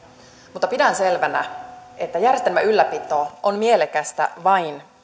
mutta pidän selvänä että järjestelmän ylläpito on mielekästä vain